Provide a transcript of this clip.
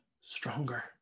stronger